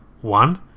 One